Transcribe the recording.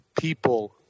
people